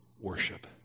worship